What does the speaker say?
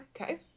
Okay